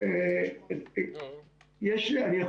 יש לי.